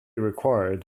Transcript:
required